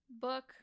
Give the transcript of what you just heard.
book